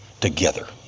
together